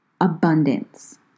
Abundance